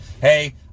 hey